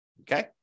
Okay